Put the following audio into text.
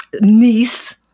niece